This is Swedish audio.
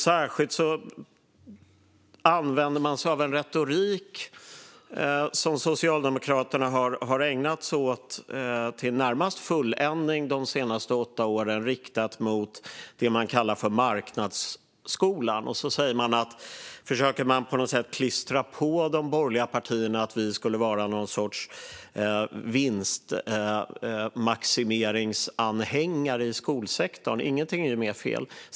Särskilt använder man sig av en retorik som Socialdemokraterna ägnat sig åt till närmast fulländning de senaste åtta åren, riktad mot det man kallar marknadsskolan. Man försöker på något sätt klistra på de borgerliga partierna att vi skulle vara någons sorts vinstmaximeringsanhängare i skolsektorn. Inget är ju mer fel.